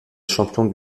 champion